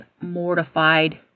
mortified